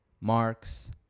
marks